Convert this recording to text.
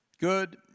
good